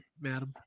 madam